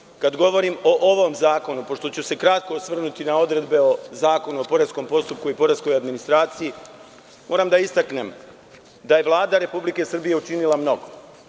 Na kraju, kada govorim o ovom zakonu, pošto ću se kratko osvrnuti na odredbe Zakona o poreskom postupku i poreskoj administraciji, moram da istaknem da je Vlada Republike Srbije učinila mnogo.